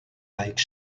like